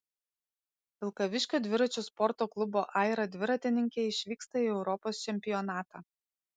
vilkaviškio dviračių sporto klubo aira dviratininkė išvyksta į europos čempionatą